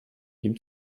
nim